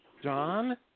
John